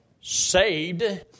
saved